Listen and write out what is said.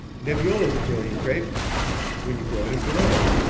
nebbiolo is a brilliant grape when you grow it in barolo,